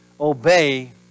obey